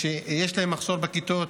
ויש מחסור בכיתות.